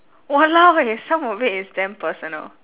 !walao! eh some of it is damn personal